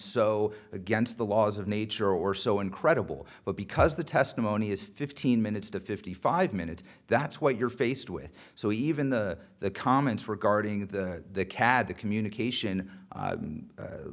so against the laws of nature or so incredible but because the testimony is fifteen minutes to fifty five minutes that's what you're faced with so even though the comments regarding the cad the communication